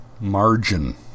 margin